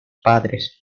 padres